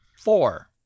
Four